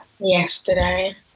Yesterday